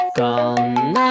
gone